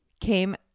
came